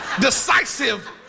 Decisive